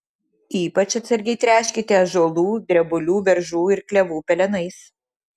ypač atsargiai tręškite ąžuolų drebulių beržų ir klevų pelenais